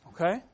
Okay